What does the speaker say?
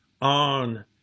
on